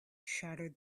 shattered